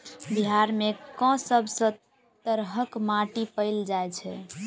बिहार मे कऽ सब तरहक माटि पैल जाय छै?